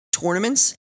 tournaments